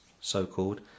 so-called